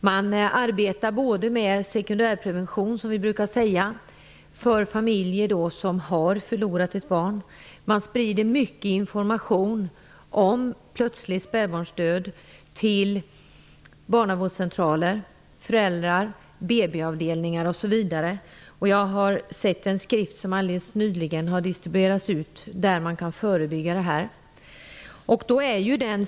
Den arbetar både med vad vi brukar kalla sekundärprevention för familjer som har förlorat ett barn och med spridning av information om plötslig spädbarnsdöd till barnavårdscentraler, föräldrar, BB-avdelningar osv. I en skrift som alldeles nyligen har delats ut visas hur man kan förebygga sådana fall.